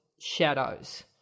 shadows